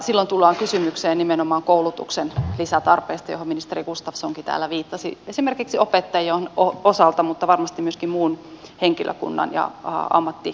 silloin tullaan kysymykseen nimenomaan lisäkoulutuksen tarpeesta johon ministeri gustafssonkin täällä viittasi esimerkiksi opettajien osalta mutta varmasti myöskin muun henkilökunnan ja ammattiryhmien osalta